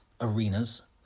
arenas